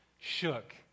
shook